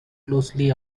closely